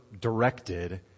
directed